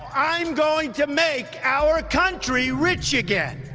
i'm going to make our country rich again.